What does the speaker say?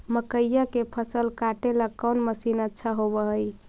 मकइया के फसल काटेला कौन मशीन अच्छा होव हई?